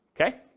okay